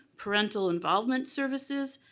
parental involvement services,